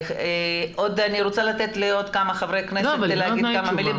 אני רוצה לתת לעוד כמה חברי כנסת כדי להגיד כמה מילים.